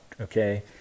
Okay